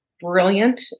brilliant